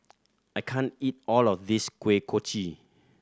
I can't eat all of this Kuih Kochi